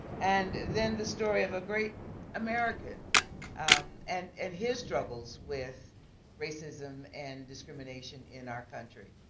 and then the story of a great american um and and his struggles with racism and discrimination in our country.